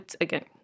again